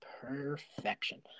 perfection